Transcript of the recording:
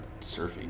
surfing